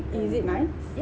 is it nice